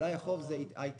מלאי החוב זה היתרה,